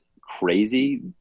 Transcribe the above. crazy